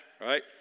right